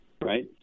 right